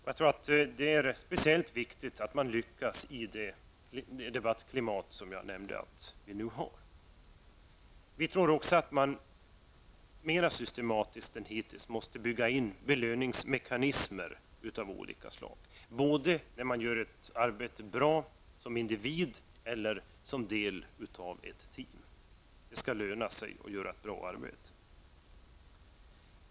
Jag tror att det är speciellt viktigt att man lyckas i det debattklimat som vi nu har och som jag tidigare nämnde. Vi tror också att man mer systematiskt än hittills måste bygga in belöningsmekanismer av olika slag, både när man som individ gör ett arbete bra eller när man gör det som en del av ett team. Det skall löna sig att göra ett bra arbete.